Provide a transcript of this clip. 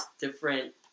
different